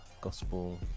Gospel